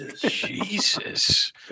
Jesus